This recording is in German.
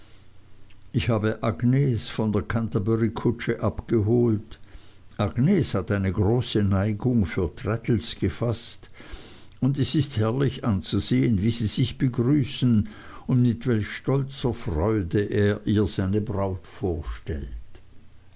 ich habe agnes von der canterbury kutsche abgeholt agnes hat eine große neigung für traddles gefaßt und es ist herrlich anzusehen wie sie sich begrüßen und mit welch stolzer freude er ihr seine braut vorstellt